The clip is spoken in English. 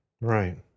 Right